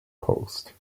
post